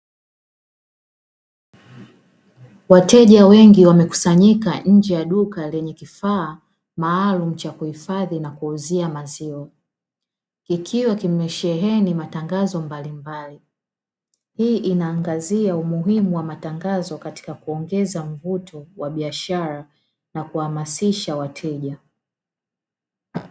Wateja wengi wamekusanyika nje ya duka lenye kifaa maalumu cha kuhifadhi na kuuzia maziwa. Ikiwa kimesheheni matangazo mbalimbali. Hii inaangazia umuhimu wa matangazo katika kuongeza mvuto wa biashara na kuhamasisha wateja.